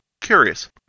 curious